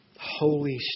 holy